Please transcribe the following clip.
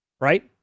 right